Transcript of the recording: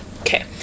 okay